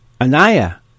Anaya